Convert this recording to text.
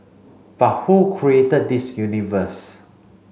but who created this universe